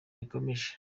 rikomeje